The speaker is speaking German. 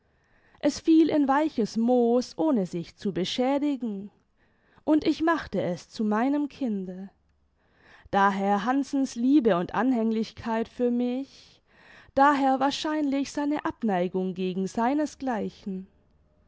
es fiel in weiches moos ohne sich zu beschädigen und ich machte es zu meinem kinde daher hannsens liebe und anhänglichkeit für mich daher wahrscheinlich seine abneigung gegen seines